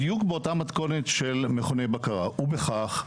בדיוק באותה מתכונת של מכוני בקרה, ובכך,